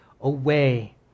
away